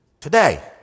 today